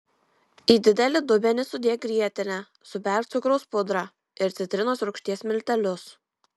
į didelį dubenį sudėk grietinę suberk cukraus pudrą ir citrinos rūgšties miltelius